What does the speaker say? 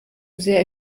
sehr